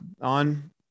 on